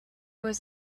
was